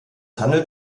handelt